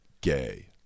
gay